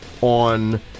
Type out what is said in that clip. on